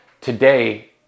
Today